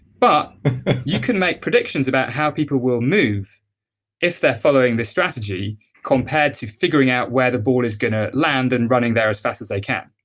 but you can make predictions about how people will move if they're following the strategy compared to figuring out where the ball is going to land and running there as fast as they can